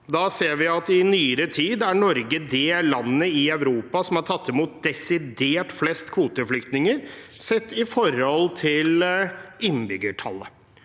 Da ser vi at Norge er det landet i Europa som har tatt imot desidert flest kvoteflyktninger i nyere tid sett i forhold til innbyggertallet.